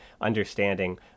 understanding